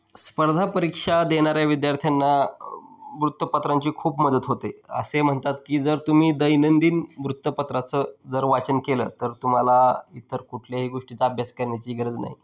स्पर्धा परीक्षा देणाऱ्या विद्यार्थ्यांना वृत्तपत्रांची खूप मदत होते असे म्हणतात की जर तुम्ही दैनंदिन वृत्तपत्राचं जर वाचन केलं तर तुम्हाला इतर कुठल्याही गोष्टीचा अभ्यास करण्याची गरज नाही